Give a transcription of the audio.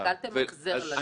רק אל תמחזר לנו.